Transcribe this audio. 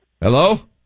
Hello